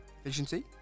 efficiency